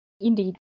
Indeed